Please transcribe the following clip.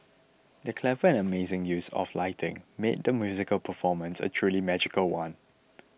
the clever and amazing use of lighting made the musical performance a truly magical one